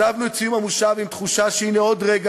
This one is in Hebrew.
עזבנו את סיום המושב עם תחושה שהנה עוד רגע